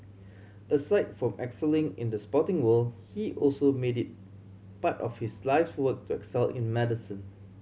aside from excelling in the sporting world he also made it part of his life's work to excel in medicine